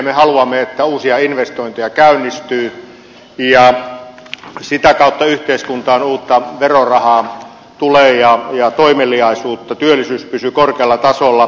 me haluamme että uusia investointeja käynnistyy ja sitä kautta yhteiskuntaan tulee uutta verorahaa ja toimeliaisuutta työllisyys pysyy korkealla tasolla